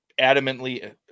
adamantly